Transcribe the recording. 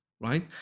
right